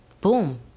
boom